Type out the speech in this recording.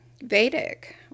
vedic